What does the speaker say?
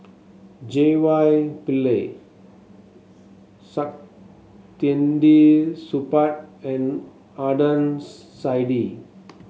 J Y Pillay Saktiandi Supaat and Adnan Saidi